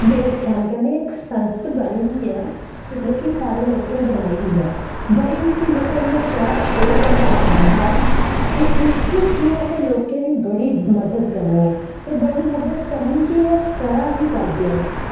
देव स्थान कन्नै इक संस्था बनी दी ऐ जेह्की साढ़े लोकें बनाई दी ऐ बड़ी उसी इ'यां चाह् शौक कन्नै बनाए दा ऐ ते उस दे थ्रो असें लोकें दी बड़ी मदद करनी ऐ बड़ी मदद करनी ऐ ते करनी बी ऐ